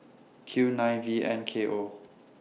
Q nine V N K O